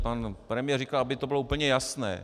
Pan premiér říkal, aby to bylo úplně jasné.